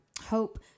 hope